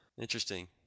interesting